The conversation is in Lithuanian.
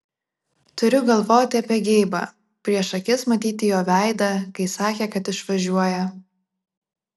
turiu galvoti apie geibą prieš akis matyti jo veidą kai sakė kad išvažiuoja